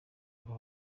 aba